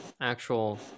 actual